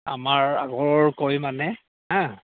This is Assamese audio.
আমাৰ আগৰ